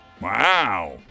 Wow